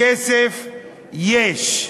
כסף יש,